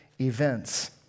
events